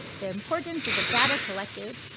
the importance of the data collected,